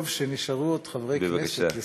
טוב שנשארו עוד חברי כנסת לסייע.